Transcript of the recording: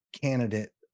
candidate